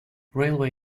railway